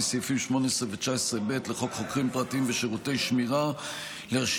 סעיפים 18 ו-19(ב) לחוק חוקרים פרטיים ושירותי שמירה לרשימת